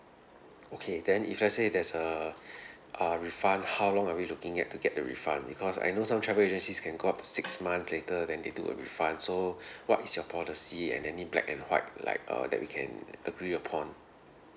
okay then if let's say there's a uh refund how long are we looking at to get the refund because I know some travel agencies can go up to six months later then they do a refund so what is your policy and any black and white like uh that we can agree upon